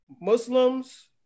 Muslims